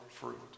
fruit